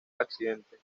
accidente